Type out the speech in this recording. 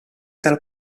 dalla